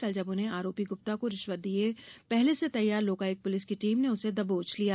कल जब उन्होंने आरोपी गुप्ता को रिश्वत दीए पहले से तैयार लोकायुक्त पुलिस की टीम ने उसे दबोच लिया